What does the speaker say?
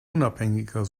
unabhängiger